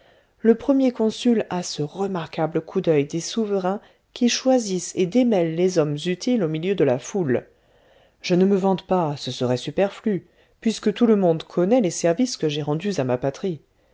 le premier consul a ce remarquable coup d'oeil des souverains qui choisissent et démêlent les hommes utiles au milieu de la foule je ne me vante pas ce serait superflu puisque tout le monde connaît les services que j'ai rendus à ma patrie